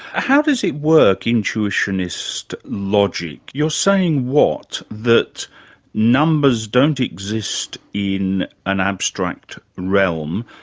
how does it work, intuitionist logic? you're saying what, that numbers don't exist in an abstract realm,